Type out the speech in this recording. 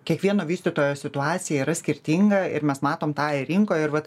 kiekvieno vystytojo situacija yra skirtinga ir mes matom tą ir rinkoj ir vat